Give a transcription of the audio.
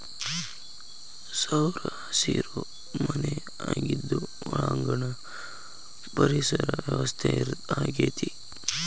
ಸೌರಹಸಿರು ಮನೆ ಆಗಿದ್ದು ಒಳಾಂಗಣ ಪರಿಸರ ವ್ಯವಸ್ಥೆ ಆಗೆತಿ